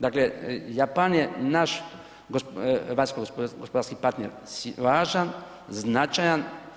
Dakle, Japan je naš vanjsko gospodarski partner važan, značajan.